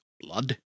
Blood